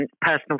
personal